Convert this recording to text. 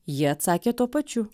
ji atsakė tuo pačiu